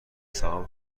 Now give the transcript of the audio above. سهام